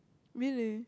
really